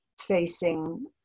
facing